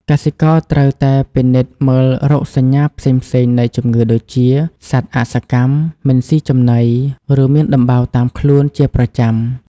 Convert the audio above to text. កសិករត្រូវតែពិនិត្យមើលរោគសញ្ញាផ្សេងៗនៃជំងឺដូចជាសត្វអសកម្ម មិនស៊ីចំណី ឬមានដំបៅតាមខ្លួនជាប្រចាំ។